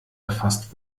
erfasst